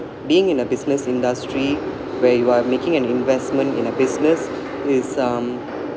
being in the business industry where you are making an investment in a business is um